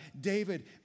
David